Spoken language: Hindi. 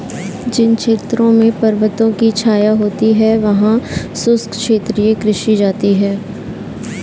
जिन क्षेत्रों में पर्वतों की छाया होती है वहां शुष्क क्षेत्रीय कृषि की जाती है